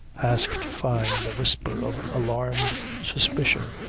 asked fyne in a whisper of alarmed suspicion.